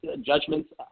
judgments